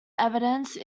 evidence